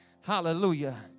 Hallelujah